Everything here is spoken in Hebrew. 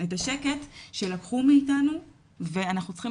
את השקט שלקחו מאיתנו ואנחנו צריכים